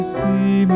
see